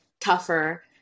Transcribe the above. tougher